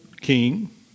king